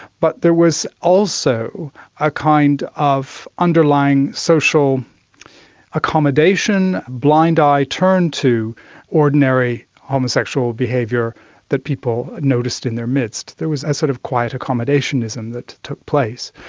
but there was also a kind of underlying social accommodation, a blind eye turned to ordinary homosexual behaviour that people noticed in their midst. there was a sort of quite accommodationism that took place.